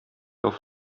auf